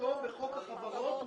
כהגדרתו בחוק החברות.